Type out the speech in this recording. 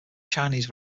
chinese